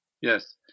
Yes